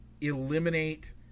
eliminate